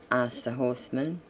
asked the horsemen.